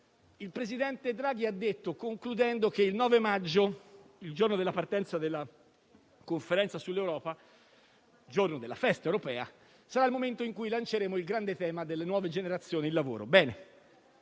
il presidente Draghi ha detto, concludendo, che il 9 maggio, il giorno della partenza della Conferenza sul futuro dell'Europa e il giorno della Festa dell'Europea, sarà il momento in cui lanceremo il grande tema delle nuove generazioni e del lavoro.